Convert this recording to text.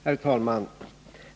Herr talman!